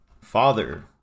father